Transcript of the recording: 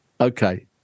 Okay